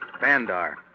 Bandar